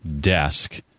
desk